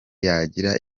yagira